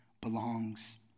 belongs